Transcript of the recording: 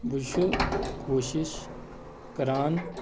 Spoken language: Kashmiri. بہٕ چھُس کوٗشِش کَران